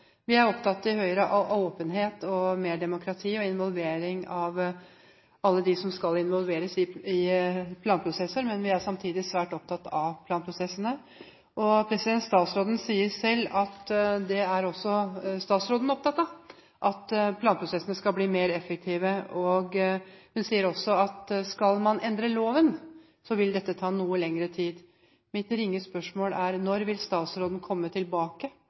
Vi er i Høyre opptatt av åpenhet, mer demokrati og involvering av alle dem som skal involveres i planprosesser, men vi er samtidig svært opptatt av planprosessene. Statsråden sier selv at det er også statsråden opptatt av, at planprosessene skal bli mer effektive, og hun sier også at skal man endre loven, vil dette ta noe lengre tid. Mitt ringe spørsmål er: Når vil statsråden komme tilbake